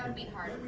be hard